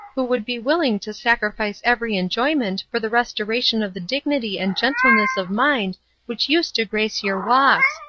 who would be willing to sacrifice every enjoyment for the restoration of the dignity and gentleness of mind which used to grace your walks,